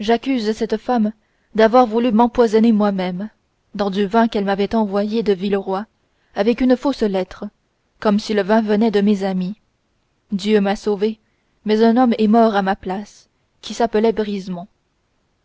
j'accuse cette femme d'avoir voulu m'empoisonner moi-même dans du vin qu'elle m'avait envoyé de villeroi avec une fausse lettre comme si le vin venait de mes amis dieu m'a sauvé mais un homme est mort à ma place qui s'appelait